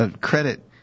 credit